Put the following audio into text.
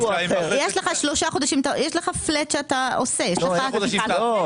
יש לך שלושה חודשים ויש לך פלט של 1.5% שאתה עושה תגדילו אותו.